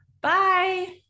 Bye